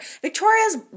Victoria's